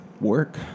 work